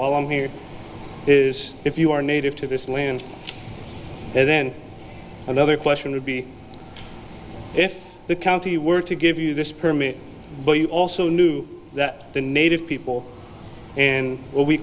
while i'm here is if you are native to this land then another question would be if the county were to give you this permit but you also knew that the native people and w